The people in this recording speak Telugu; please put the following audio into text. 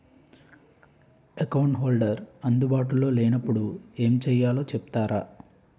అకౌంట్ హోల్డర్ అందు బాటులో లే నప్పుడు ఎం చేయాలి చెప్తారా?